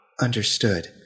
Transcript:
Understood